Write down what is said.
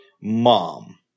mom